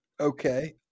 Okay